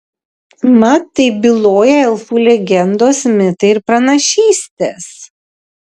mat taip byloja elfų legendos mitai ir pranašystės